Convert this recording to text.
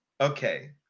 Okay